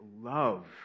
love